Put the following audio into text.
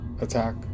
attack